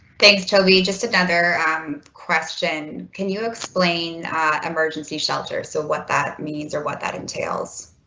thanks to be just another question, can you explain emergency shelter? so what that means or what that entails?